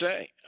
say